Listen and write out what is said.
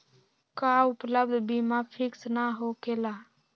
का उपलब्ध बीमा फिक्स न होकेला?